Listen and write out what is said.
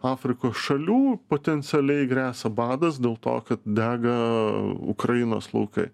afrikos šalių potencialiai gresia badas dėl to kad dega ukrainos laukai